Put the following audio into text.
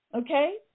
okay